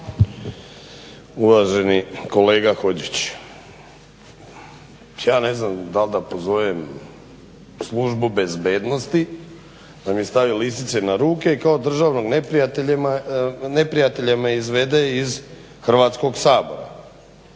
Uvaženi kolega Hodžić ja ne znam dal da pozovem službu bezbednosti da mi stavi lisice kao državnog neprijatelja me izvede iz Hrvatskog sabora.